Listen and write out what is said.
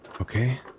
Okay